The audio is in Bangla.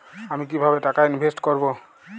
আমি কিভাবে টাকা ইনভেস্ট করব?